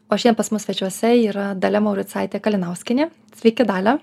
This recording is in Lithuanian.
o šiandien pas mus svečiuose yra dalia mauricaitė kalinauskienė sveiki dalia